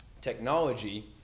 technology